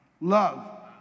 Love